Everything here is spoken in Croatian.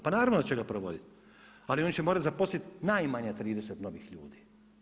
Pa naravno da će ga provoditi ali oni će morati zaposliti najmanje 30 novih ljudi.